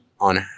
on